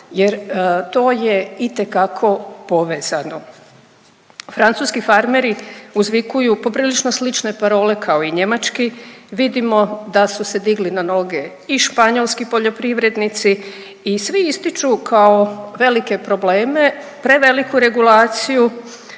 jer to je itekako povezano. Francuski farmeri uzvikuju poprilično slične parole kao i njemački, vidimo da su se digli na noge i španjolski poljoprivrednici i svi ističu kao velike probleme preveliku regulaciju,